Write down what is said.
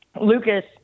Lucas